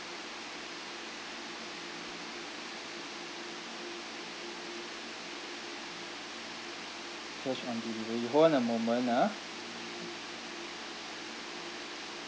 cash on delivery hold on a moment ah